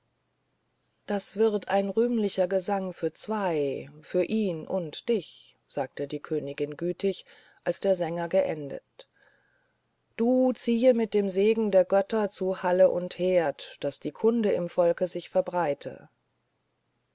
das wird ein rühmlicher gesang für zwei für ihn und dich sagte die königin gütig da der sänger geendet du ziehe mit dem segen der götter zu halle und herd daß die kunde im volke sich verbreite